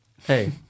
Hey